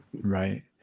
Right